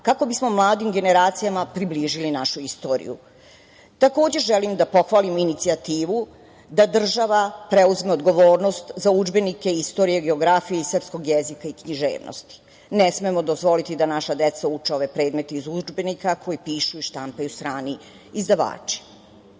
kako bismo mladim generacijama približili našu istoriju. Takođe želim da pohvalim inicijativu da država preuzme odgovornost za udžbenike istorije, geografije i srpskog jezika i književnosti. Ne smemo dozvoliti da naša deca uče ove predmete iz udžbenika koje pišu i štampaju strani izdavači. Da